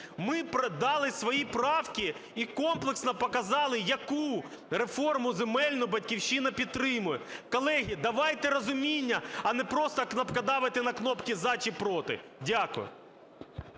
Ми подали свої правки і комплексно показали, яку реформу земельну "Батьківщина" підтримує. Колеги, давайте розуміння, а не просто кнопкодавити на кнопки "за" чи "проти". Дякую.